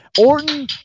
Orton